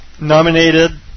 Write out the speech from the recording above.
nominated